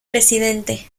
presidente